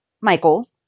Michael